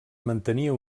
mantenia